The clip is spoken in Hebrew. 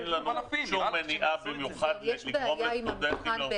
אין שום מניעה לגרום לסטודנטים לרפואה להתעכב